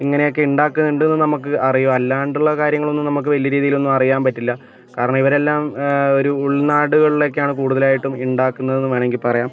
ഇങ്ങനെയൊക്കെ ഉണ്ടാക്കുന്നുണ്ട് എന്ന് നമുക്ക് അറിയൂ അല്ലാണ്ടുള്ള കാര്യങ്ങളൊന്നും നമുക്ക് വലിയ രീതിയിലൊന്നും അറിയാൻ പറ്റില്ല കാരണം ഇവരെല്ലാം ഒരു ഉൾനാടുകളിലൊക്കെയാണ് കൂടുതലായിട്ടും ഉണ്ടാക്കുന്നത് എന്ന് വേണ്ടമെങ്കിൽ പറയാം